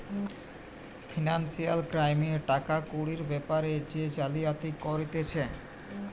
financial ক্রাইমে টাকা কুড়ির বেপারে যে জালিয়াতি করতিছে